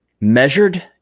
measured